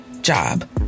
Job